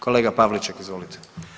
Kolega Pavliček, izvolite.